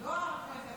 לא צריך